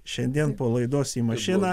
šiandien po laidos į mašiną